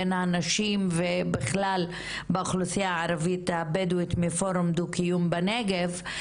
בין האנשים ובכלל באוכלוסייה הערבית בדואית מפורום דו קיום בנגב.